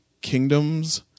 kingdoms